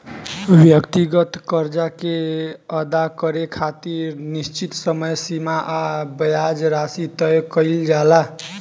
व्यक्तिगत कर्जा के अदा करे खातिर निश्चित समय सीमा आ ब्याज राशि तय कईल जाला